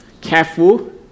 careful